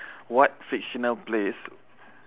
what fictional place